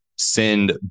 send